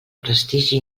prestigi